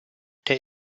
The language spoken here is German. der